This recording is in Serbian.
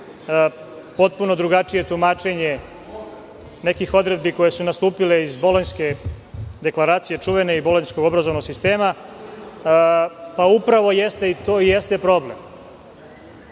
potpuno drugačije tumačenje nekih odredbi koje su nastupile iz Bolonjske deklaracije, čuvene, i bolonjskog obrazovnog sistema, to jeste problem.